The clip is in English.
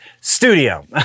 studio